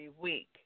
week